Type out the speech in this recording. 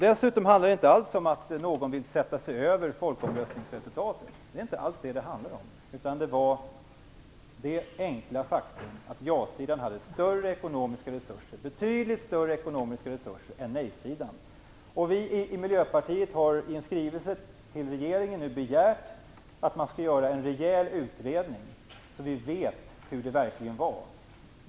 Det handlar inte alls om att sätta sig över folkomröstningsresultatet - inte alls. Det handlar om det enkla faktum att ja-sidan hade betydligt större ekonomiska resurser än nej-sidan. Vi i Miljöpartiet har i en skrivelse till regeringen begärt att man skall göra en rejäl utredning så att vi får veta hur det verkligen var.